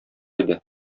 иде